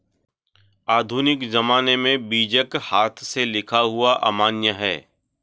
आधुनिक ज़माने में बीजक हाथ से लिखा हुआ अमान्य है